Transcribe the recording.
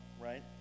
right